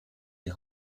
die